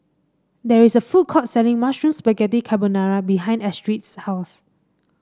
there is a food court selling Mushroom Spaghetti Carbonara behind Astrid's house